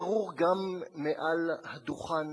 שיהיה ברור גם מעל הדוכן הזה: